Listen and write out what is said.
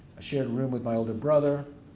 shared a room with my older brother,